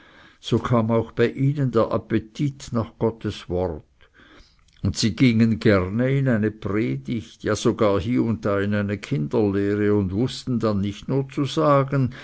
so kam bei ihnen auch der appetit nach gottes wort und sie gingen gerne in eine predigt ja sogar hie und da in eine kinderlehre und wußten dann nicht nur zu sagen